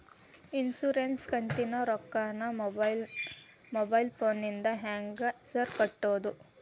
Insurance ಕಂತಿನ ರೊಕ್ಕನಾ mobile ಫೋನಿಂದ ಹೆಂಗ್ ಸಾರ್ ಕಟ್ಟದು?